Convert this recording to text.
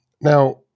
Now